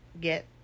get